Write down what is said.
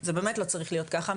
זה באמת לא צריך להיות ככה,